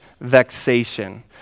vexation